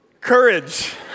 courage